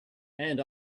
and